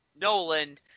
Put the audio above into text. Nolan